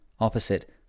Opposite